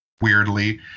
weirdly